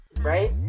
right